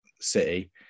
City